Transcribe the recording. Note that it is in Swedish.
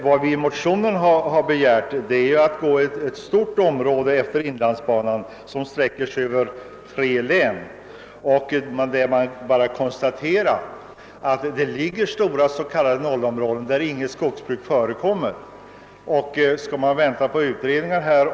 Vad vi i motionen har begärt är en inventering av ett stort område utefter inlandsbanan som sträcker sig över tre län och där man har konstaterat att det finns stora s.k. noll-områden, d.v.s. områden där inget skogsbruk förekommer.